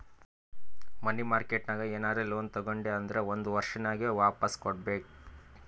ಮನಿ market ನಾಗ್ ಏನರೆ loan ತಗೊಂಡಿ ಅಂದುರ್ ಒಂದ್ ವರ್ಷನಾಗೆ ವಾಪಾಸ್ ಕೊಡ್ಬೇಕ್